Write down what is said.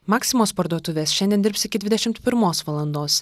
maximos parduotuvės šiandien dirbs iki dvidešimt pirmos valandos